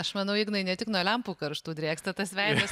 aš manau ignai ne tik nuo lempų karštų drėksta tas veidas